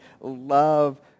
love